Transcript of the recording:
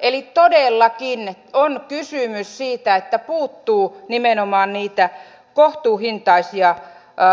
eli todellakin on kysymys siitä että puuttuu nimenomaan niitä kohtuuhintaisia